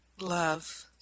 love